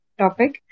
topic